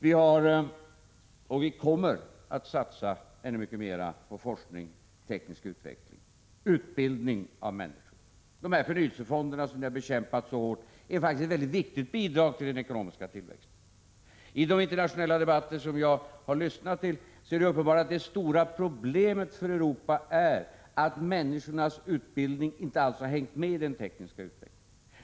Vi har satsat och kommer att satsa ännu mycket mera på forskning och teknisk utveckling, utbildning av människorna. Förnyelsefonderna, som ni bekämpat så hårt, utgör faktiskt ett väldigt viktigt bidrag till den ekonomiska tillväxten. I de internationella debatter som vi deltagit i har det framkommit att det stora problemet för Europa är att människornas utbildning inte hängt med den tekniska utvecklingen.